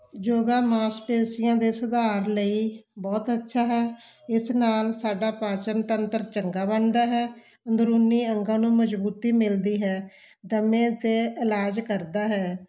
ਯੋਗਾ ਮਾਸਪੇਸ਼ੀਆਂ ਦੇ ਸੁਧਾਰ ਲਈ ਬਹੁਤ ਅੱਛਾ ਹੈ ਇਸ ਨਾਲ ਸਾਡਾ ਪਾਚਣ ਤੰਤਰ ਚੰਗਾ ਬਣਦਾ ਹੈ ਅੰਦਰੂਨੀ ਅੰਗਾਂ ਨੂੰ ਮਜ਼ਬੂਤੀ ਮਿਲਦੀ ਹੈ ਦਮੇ 'ਤੇ ਇਲਾਜ ਕਰਦਾ ਹੈ